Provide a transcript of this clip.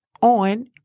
on